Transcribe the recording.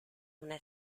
una